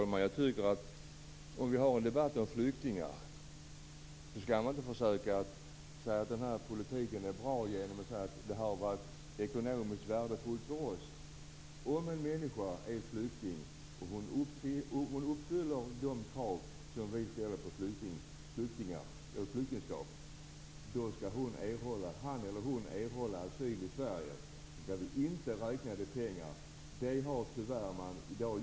Herr talman! Till sist: Om vi har en debatt om flyktingar skall man inte säga att politiken har varit bra genom att den har varit ekonomiskt värdefull för oss. Om en flykting uppfyller de krav som vi ställer för flyktingskap, då skall han eller hon erhålla asyl i Sverige. Då skall man inte räkna det i pengar, men det gör man tyvärr i dag.